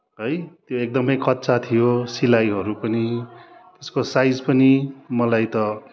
है त्यो एकदमै कच्चा थियो सिलाइ गर्नु पनि त्यसको साइज पनि मलाई त